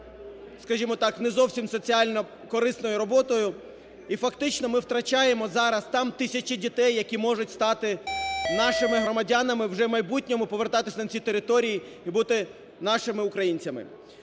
не зовсім соціально корисною роботою і фактично ми втрачаємо зараз там тисячі дітей, які можуть стати нашими громадянами, вже в майбутньому повертатися на ці території і бути нашими українцями.